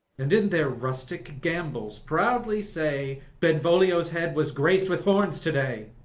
and in their rustic gambols proudly say, benvolio's head was grac'd with horns today?